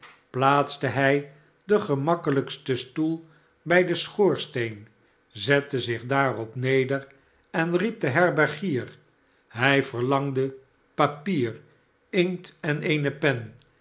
plaatste hij den gemakkelijksten stoel bij den schoorsteen zette zich daarop neder en riep den herbergier hij verlangde papier inkt en eene pen